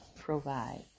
provide